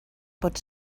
pot